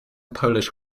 polish